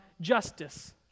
justice